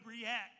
react